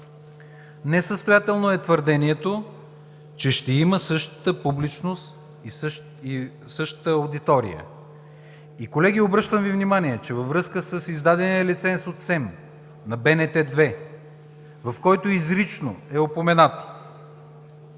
Несъстоятелно е твърдението, че ще има същата публичност и същата аудитория. Колеги, обръщам Ви внимание, че във връзка с издадения лиценз от СЕМ на БНТ 2, в който изрично е упоменато,